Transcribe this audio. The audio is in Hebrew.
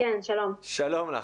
שלום לך,